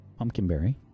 Pumpkinberry